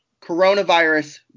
Coronavirus